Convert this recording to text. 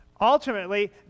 Ultimately